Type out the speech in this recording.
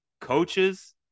coaches